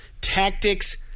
tactics –